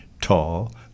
tall